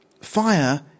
fire